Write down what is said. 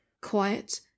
quiet